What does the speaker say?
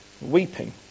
weeping